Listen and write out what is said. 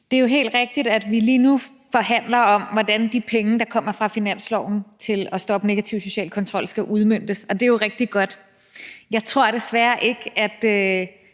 det er jo helt rigtigt, at vi lige nu forhandler om, hvordan de penge, der kommer fra finansloven, som skal stoppe negativ social kontrol, skal udmøntes. Det er jo rigtig godt. Jeg tror desværre ikke, at